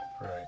Right